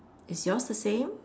is yours the same